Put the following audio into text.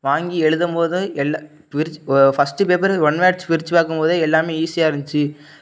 வாங்கி எழுதம் போது எல்லு பிரிச் ஃபர்ஸ்ட்டு பேப்பரு ஒன் வேர்ட்ஸ் பிரித்து பார்க்கும் போது எல்லாம் ஈஸியாக இருந்துச்சி